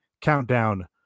countdown